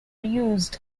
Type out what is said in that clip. used